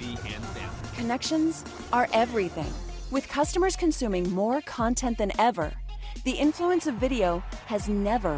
be connections are everything with customers consuming more content than ever the influence of video has never